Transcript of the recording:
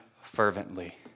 fervently